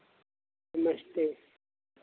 नमस्ते